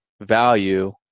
value